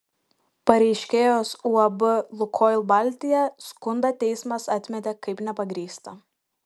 pareiškėjos uab lukoil baltija skundą teismas atmetė kaip nepagrįstą